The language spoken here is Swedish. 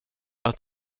att